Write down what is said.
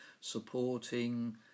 supporting